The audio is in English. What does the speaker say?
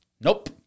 Nope